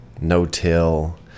no-till